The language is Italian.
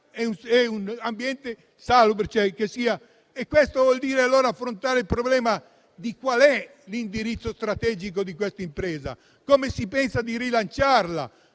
in un ambiente sano. Questo vuol dire affrontare il problema di quale sia l'indirizzo strategico di questa impresa. Come si pensa di rilanciarla: